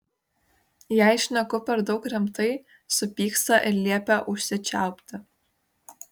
jei šneku per daug rimtai supyksta ir liepia užsičiaupti